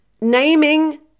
Naming